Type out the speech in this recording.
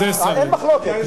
אין מחלוקת.